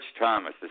Thomas